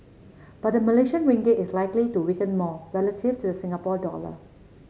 but the Malaysian Ringgit is likely to weaken more relative to the Singapore dollar